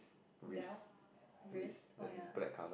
belt wrist oh ya